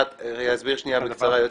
היועץ המשפטי יסביר בקצרה.